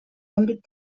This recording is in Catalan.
àmbit